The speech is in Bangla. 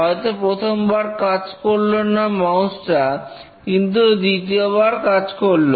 হয়তো প্রথমবার কাজ করলো না মাউস টা কিন্তু দ্বিতীয়বার কাজ করলো